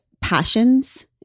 passions